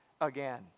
again